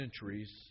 centuries